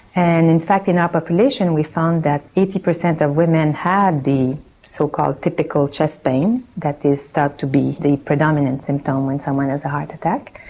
and in fact in our population we found that eighty percent of women had the so-called typical chest pain that is thought to be the predominant symptom when someone has a heart attack,